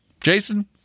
Jason